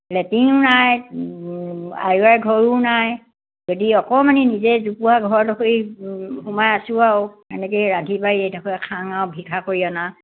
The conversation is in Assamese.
লেটিঙো নাই এক ঘৰো নাই যদি অকণমানি নিজে জোপোহা ঘৰডোখৰি সোমাই আছোঁ আৰু এনেকে ৰান্ধি বাঢ়ি এইডোখৰ খাং আৰু ভিক্ষা কৰি অনা